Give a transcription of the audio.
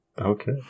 Okay